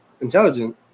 intelligent